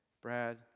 Brad